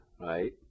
right